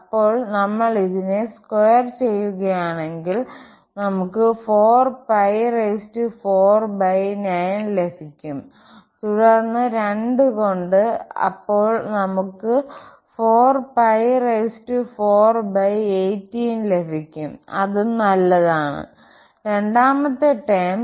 അപ്പോൾ നമ്മൾ ഇതിനെ സ്ക്വയർ ചെയ്യുകയാണെങ്കിൽ നമുക്ക് 4 4 9ലഭിക്കും തുടർന്ന് 2 കൊണ്ട് അപ്പോൾ നമുക്ക് 4 4 18ലഭിക്കുംഅതും നല്ലതാണ് രണ്ടാമത്തെ ടേം